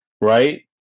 right